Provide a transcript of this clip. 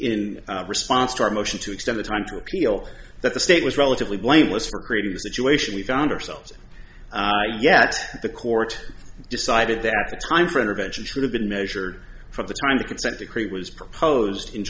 in response to our motion to extend the time to appeal that the state was relatively blameless for creating the situation we found ourselves yet the court decided that the time for intervention should have been measured from the time the consent decree was proposed in